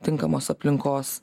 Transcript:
tinkamos aplinkos